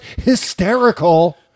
hysterical